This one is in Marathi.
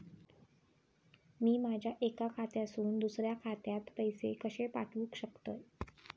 मी माझ्या एक्या खात्यासून दुसऱ्या खात्यात पैसे कशे पाठउक शकतय?